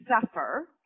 suffer